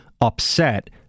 upset